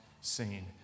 seen